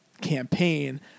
campaign